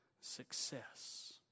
success